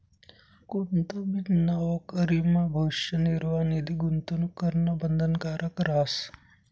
कोणताबी नवकरीमा भविष्य निर्वाह निधी गूंतवणूक करणं बंधनकारक रहास